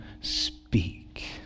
speak